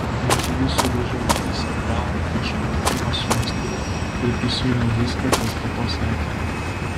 mintimis sugrįžau mėnesį atgal prieš nutikimą su misteriu ir prisiminiau viską kas po to sekė